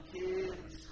kids